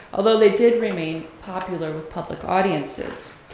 although they did remain popular with public audiences.